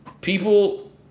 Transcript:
people